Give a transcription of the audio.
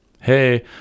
hey